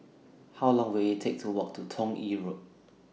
How Long Will IT Take to Walk to Toh Yi Road